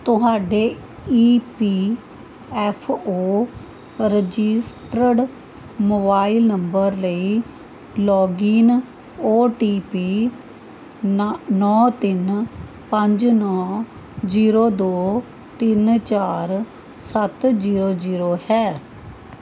ਤੁਹਾਡੇ E P F O registered mobile number ਲਈ login O T P ਨਾ ਨੌ ਤਿੰਨ ਪੰਜ ਨੌ ਜ਼ੀਰੋ ਦੋ ਤਿੰਨ ਚਾਰ ਸੱਤ ਜ਼ੀਰੋ ਜ਼ੀਰੋ ਹੈ